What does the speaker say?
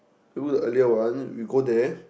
we book the earlier one we go there